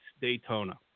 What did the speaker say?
Daytona